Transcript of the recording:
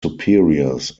superiors